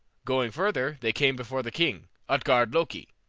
going further, they came before the king, utgard-loki,